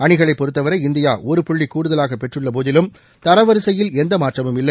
அணிகளை பொருத்தவரை இந்தியா ஒரு புள்ளி கூடுதலாக பெற்றுள்ள போதிலும் தரவரிசையில் எந்த மாற்றமும் இல்லை